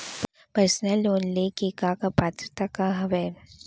Personal loan ले के का का पात्रता का हवय?